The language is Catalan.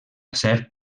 cert